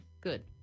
Good